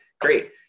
great